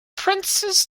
princes